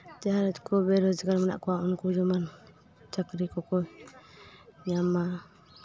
ᱡᱟᱦᱟᱸᱭ ᱠᱚ ᱵᱮ ᱨᱳᱡᱽᱜᱟᱨ ᱢᱮᱱᱟᱜ ᱠᱚᱣᱟ ᱩᱱᱠᱩ ᱡᱮᱢᱚᱱ ᱪᱟᱹᱠᱨᱤ ᱠᱚᱠᱚ ᱧᱟᱢ ᱢᱟ